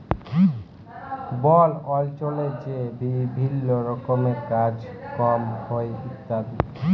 বল অল্চলে যে বিভিল্ল্য রকমের কাজ কম হ্যয় ইত্যাদি